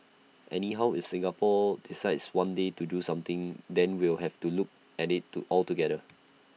anyhow if Singapore decides one day to do something then we'll have to look at IT to altogether